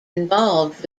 involved